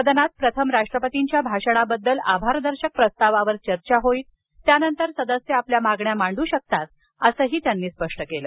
सदनात प्रथम राष्ट्रपतीच्या भाषणाबद्दल आभारदर्शक प्रस्तावावर चर्चा होईल त्यानंतर सदस्य आपल्या मागण्या मांडू शकतात असं त्यांनी स्पष्ट केलं